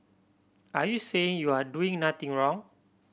are you saying you're doing nothing wrong